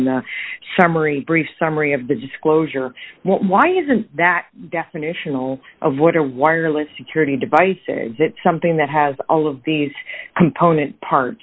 in the summary brief summary of the disclosure why isn't that definitional of what are wireless security device is it something that has all of these component part